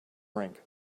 rink